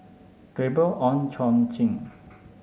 Gabriel Oon Chong Jin